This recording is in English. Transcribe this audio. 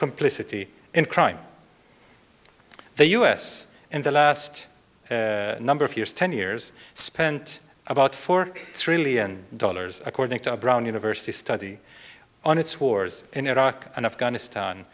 complicity in crime the u s in the last number of years ten years spent about four trillion dollars according to a brown university study on its wars in iraq and afghanistan